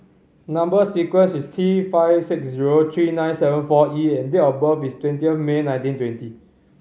number sequence is T five six zero three nine seven four E and date of birth is twenty of May nineteen twenty